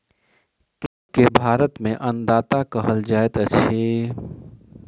कृषक के भारत में अन्नदाता कहल जाइत अछि